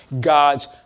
God's